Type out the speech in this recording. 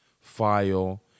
file